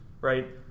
right